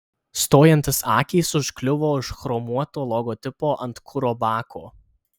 stojantis akys užkliuvo už chromuoto logotipo ant kuro bako